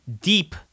deep